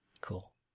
Cool